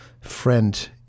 friend